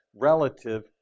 relative